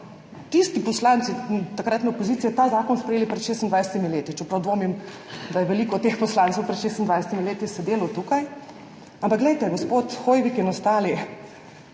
tisti poslanci takratne opozicije ta zakon sprejeli pred 26 leti, čeprav dvomim, da je veliko teh poslancev pred 26 leti sedelo tukaj. Ampak glejte, gospod Hoivik in ostali,